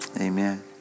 amen